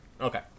Okay